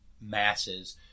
masses